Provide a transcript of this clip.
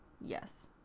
Yes